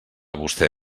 vostè